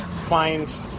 find